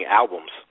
albums